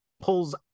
pulls